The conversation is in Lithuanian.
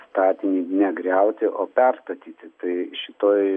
statinį negriauti o perstatyti tai šitoj